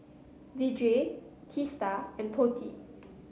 Vedre Teesta and Potti